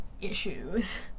issues